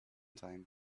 time